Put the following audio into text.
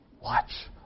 watch